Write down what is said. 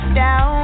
down